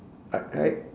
I I